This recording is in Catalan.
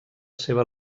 seva